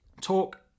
Talk